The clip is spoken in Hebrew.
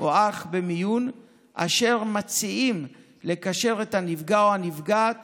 או אח במיון אשר מציעים לקשר את הנפגע או הנפגעת